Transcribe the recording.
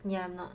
yeah I'm not